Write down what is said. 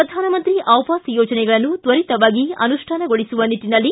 ಪ್ರಧಾನಮಂತ್ರಿ ಆವಾಸ್ ಯೋಜನೆಗಳನ್ನು ತ್ವರಿತವಾಗಿ ಅನುಷ್ಠಾನಗೊಳಸುವ ನಿಟ್ಟನಲ್ಲಿ